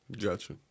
Gotcha